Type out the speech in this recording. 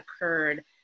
occurred